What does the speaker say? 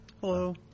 Hello